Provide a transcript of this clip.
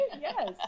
yes